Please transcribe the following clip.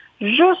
juste